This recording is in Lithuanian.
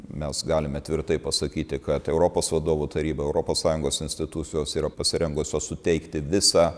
mes galime tvirtai pasakyti kad europos vadovų taryba europos sąjungos institucijos yra pasirengusios suteikti visą